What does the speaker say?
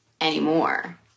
anymore